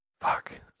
Fuck